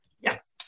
Yes